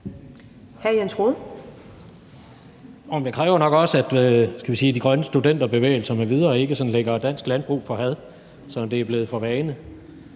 Det kræver nok også, at de grønne studenterbevægelser m.v. ikke sådan lægger dansk landbrug for had, som det er blevet en vane.